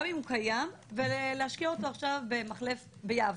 גם אם הוא קיים, ולהשקיע אותו במחלף ביבנה,